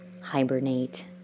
hibernate